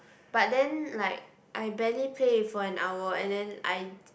but then like I barely play it for an hour and then I j~